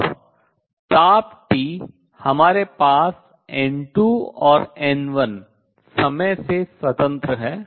और ताप T हमारे पास N2 और N1 समय से स्वतंत्र हैं